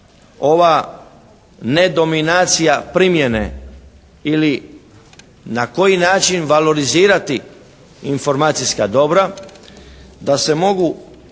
ova nedominacija primjene ili na koji način valorizirati informacijska dobra, da se mogu